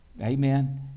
Amen